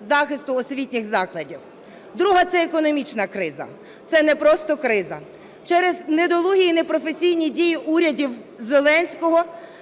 захисту освітніх закладів. Друга – це економічна криза. Це не просто криза, через недолугі і непрофесійні дії урядів Зеленського